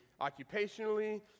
occupationally